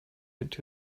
into